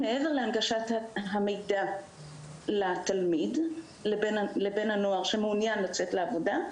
מעבר להנגשת המידע לבן הנוער שמעוניין לצאת לעבודה,